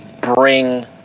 bring